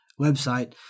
website